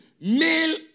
Male